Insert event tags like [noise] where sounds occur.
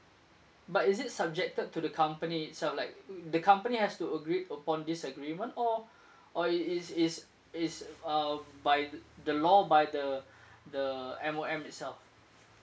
but is it subjected to the company itself like the company has to agree upon this agreement or [breath] or i~ is is is um by th~ the law by the [breath] the M_O_M itself